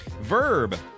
Verb